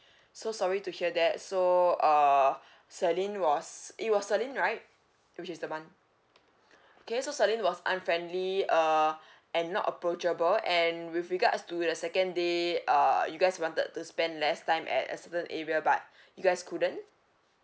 so sorry to hear that so uh celine was it was celine right which is the one okay so celine was unfriendly uh and not approachable and with regards to the second day uh you guys wanted to spend less time at a certain area but you guys couldn't